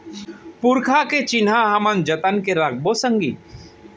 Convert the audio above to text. पुरखा के चिन्हा हमन जतन के रखबो संगी